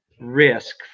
risk